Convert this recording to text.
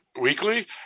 weekly